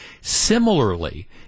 Similarly